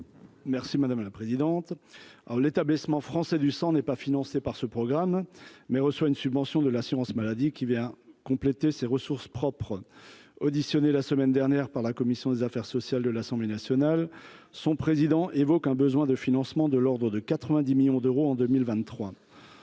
Merci madame la présidente, alors l'établissement français du sang n'est pas financé par ce programme, mais reçoit une subvention de l'assurance maladie qui vient compléter ses ressources propres auditionné la semaine dernière par la commission des affaires sociales de l'Assemblée nationale, son président, évoque un besoin de financement de l'ordre de 90 millions d'euros en 2023,